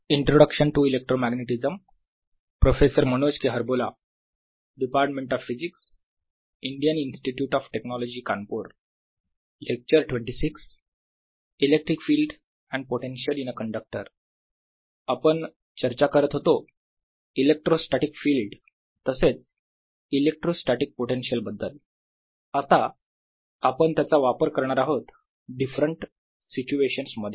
electric field and potential in a conductor आपण चर्चा करत होतो इलेक्ट्रोस्टॅटीक फिल्ड तसेच इलेक्ट्रोस्टॅटीक पोटेन्शियल बद्दल आता आपण त्याचा वापर करणार आहोत डिफरंट सिच्युएशनस मध्ये